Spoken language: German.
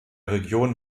region